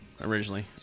originally